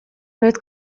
noiz